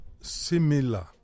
similar